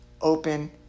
open